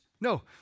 No